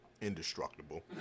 indestructible